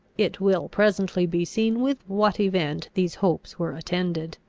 it will presently be seen with what event these hopes were attended.